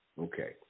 Okay